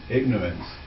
ignorance